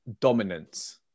dominance